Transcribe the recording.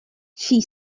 she